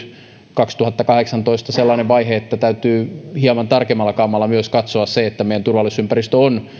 kaksituhattakahdeksantoista sellainen vaihe että täytyy hieman tarkemmalla kammalla myös katsoa kun meidän turvallisuusympäristö on